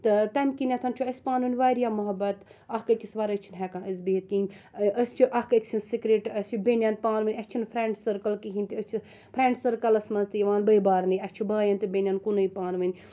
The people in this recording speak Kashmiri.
تہٕ تمہِ کِنیٚتھ چھُ اَسہِ پَنُن واریاہ محبَت اکھ أکِس وَرٲے چھِ نہٕ ہیٚکان أسۍ بِہِتھ کِہیٖنۍ أسۍ چھِ اکھ أکۍ سٕنٛدۍ سِکرِٹ اَسہِ چھِ بیٚنٮ۪ن پانہٕ ؤنۍ اَسہِ چھِ نہٕ فریٚنڈ سرکٕل کِہیٖنۍ تہِ أسۍ چھِ فریٚنڈ سرکٕلَس مَنٛز تہِ یِوان بٲے بارنی اَسہِ چھُ بایَن تہٕ بیٚنٮ۪ن کُنُے پانہٕ ؤنۍ